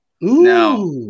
Now